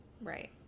Right